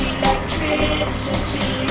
electricity